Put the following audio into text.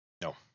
no